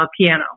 piano